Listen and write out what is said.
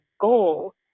goal